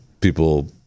people